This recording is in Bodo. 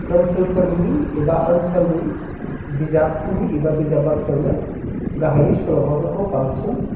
ओनसोलफोरनि एबा ओनसोलनि बिजाबखुलि एबा बिजाब बाख्रियावनो गाहाइयै सल'माफोरखौ बांसिन